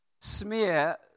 smear